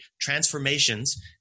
transformations